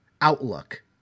outlook